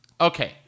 okay